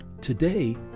today